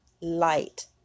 light